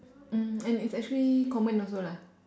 mm and it's actually common also lah